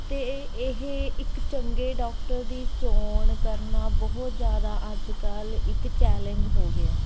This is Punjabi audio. ਅਤੇ ਇਹ ਇੱਕ ਚੰਗੇ ਡਾਕਟਰ ਦੀ ਚੋਣ ਕਰਨਾ ਬਹੁਤ ਜ਼ਿਆਦਾ ਅੱਜ ਕੱਲ੍ਹ ਇੱਕ ਚੈਲੇਜ਼ ਹੋ ਗਿਆ